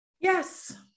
Yes